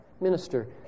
minister